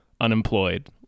unemployed